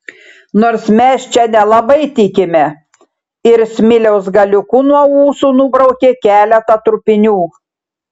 nors mes čia nelabai tikime ir smiliaus galiuku nuo ūsų nubraukė keletą trupinių